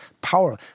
power